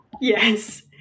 yes